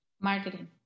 marketing